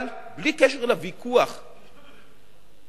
אבל בלי קשר לוויכוח הזה,